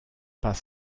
pas